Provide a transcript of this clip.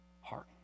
heart